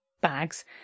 bags